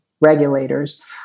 regulators